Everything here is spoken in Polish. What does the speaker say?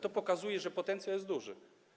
To pokazuje, że potencjał jest duży.